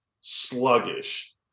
sluggish